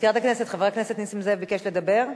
מזכירת הכנסת, חבר הכנסת נסים זאב ביקש לדבר?